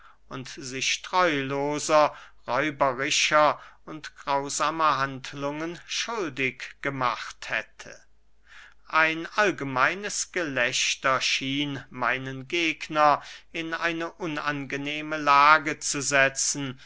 und sich treuloser räuberischer und grausamer handlungen schuldig gemacht hätte ein allgemeines gelächter schien meinen gegner in eine unangenehme lage zu setzen